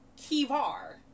Kivar